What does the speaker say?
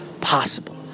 possible